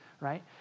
right